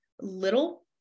little